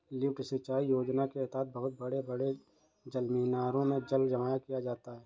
lift सिंचाई योजना के तहद बहुत बड़े बड़े जलमीनारों में जल जमा किया जाता है